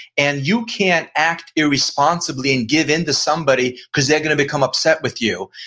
and you can't act irresponsibly and give into somebody cause they're going to become upset with you,